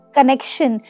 Connection